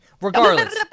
Regardless